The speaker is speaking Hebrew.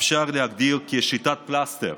אפשר אותו להגדיר כשיטת פלסטר,